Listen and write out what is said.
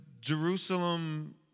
Jerusalem